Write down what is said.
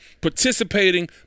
participating